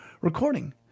recording